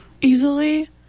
easily